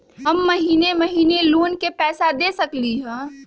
हम महिने महिने लोन के पैसा दे सकली ह?